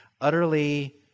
utterly